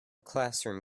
classroom